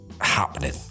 happening